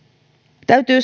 täytyy